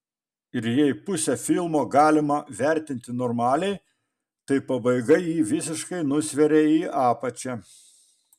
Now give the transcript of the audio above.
ir jei pusę filmo galime vertinti normaliai tai pabaiga jį visiškai nusveria į apačią